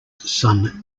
son